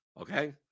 Okay